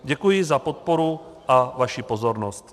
Děkuji za podporu a vaši pozornost.